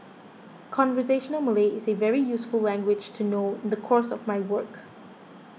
conversational Malay is a very useful language to know in the course of my work